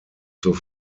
zur